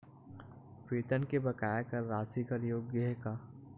वेतन के बकाया कर राशि कर योग्य हे का?